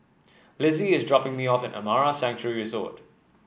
Lizzie is dropping me off at Amara Sanctuary Resort